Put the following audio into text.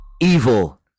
Evil